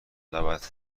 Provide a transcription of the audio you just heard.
دعوتت